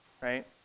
right